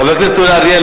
חבר הכנסת אורי אריאל,